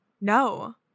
no